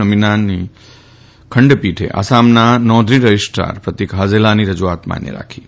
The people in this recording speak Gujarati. નરીમાનની ખંડપીઠે આસામના નોંધણી રજીસ્ટ્રાર પ્રતિક હાજેલાની રજુઆત માન્ય રાખી હતી